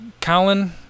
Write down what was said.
colin